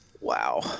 Wow